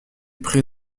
pré